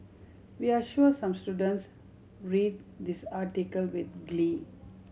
we're sure some students read this article with glee